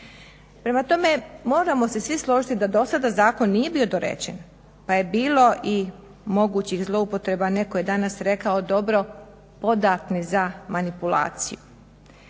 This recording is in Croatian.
Prema tome, moramo se svi složiti da dosada zakon nije bio dorečen pa je bilo i mogućih zloupotreba, netko je danas rekao dobro podatni za manipulaciju.